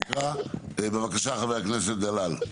בבקשה, חבר הכנסת דלל.